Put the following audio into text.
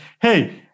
hey